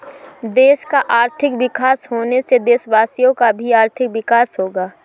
देश का आर्थिक विकास होने से देशवासियों का भी आर्थिक विकास होगा